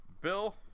Bill